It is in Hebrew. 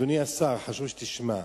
אדוני השר, וחשוב שתשמע.